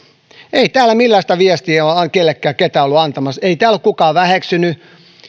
ei täällä minkäänlaista viestiä ole kellekään kukaan ollut antamassa ei täällä ole kukaan väheksynyt